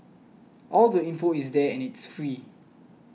all the info is there and it's free